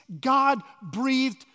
God-breathed